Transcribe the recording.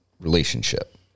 relationship